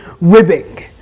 ribbing